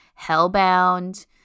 Hellbound